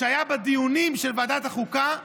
שהיה בדיונים של ועדת החוקה,